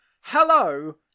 hello